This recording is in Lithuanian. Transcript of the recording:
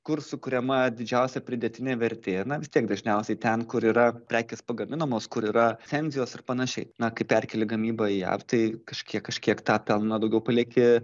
kur sukuriama didžiausia pridėtinė vertė na vis tiek dažniausiai ten kur yra prekės pagaminamos kur yra cenzijos ir panašiai na kaip perkėli gamybą į jav tai kažkiek kažkiek tą pelną daugiau palieki